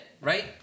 right